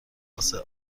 واسه